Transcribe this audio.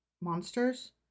monsters